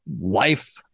life